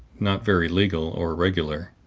not very legal or regular,